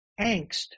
angst